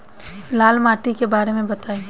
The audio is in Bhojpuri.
लाल माटी के बारे में बताई